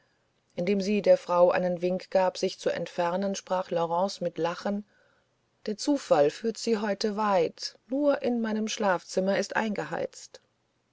indem sie der frau einen wink gab sich zu entfernen sprach laurence mit lachen der zufall führt sie heute weit nur in meinem schlafzimmer ist eingeheizt